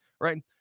right